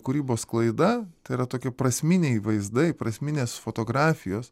kūrybos sklaida tai yra tokie prasminiai vaizdai prasminės fotografijos